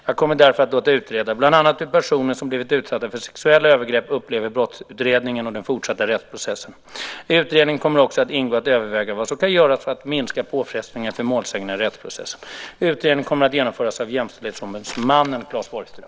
Jag kommer därför att låta utreda bland annat hur personer som blivit utsatta för sexuella övergrepp upplever brottsutredningen och den fortsatta rättsprocessen. I utredningen kommer också att ingå att överväga vad som kan göras för att minska påfrestningarna för målsäganden i rättsprocessen. Utredningen kommer att genomföras av jämställdhetsombudsmannen Claes Borgström.